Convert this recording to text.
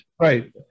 right